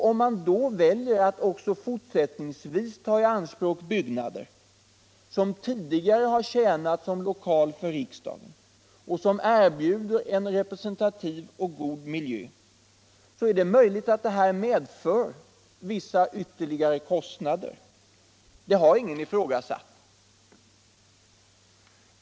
Om vi då väljer att också fortsättningsvis ta i anspråk byggnader som tidigare har tjänat som lokal för riksdagen och som erbjuder en god miljö så är det möjligt att detta medför vissa ytterligare kostnader. Det har ingen ifrågasatt.